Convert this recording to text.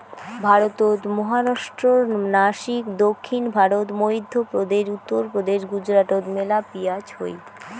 ভারতত মহারাষ্ট্রর নাসিক, দক্ষিণ ভারত, মইধ্যপ্রদেশ, উত্তরপ্রদেশ, গুজরাটত মেলা পিঁয়াজ হই